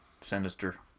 sinister